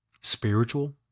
spiritual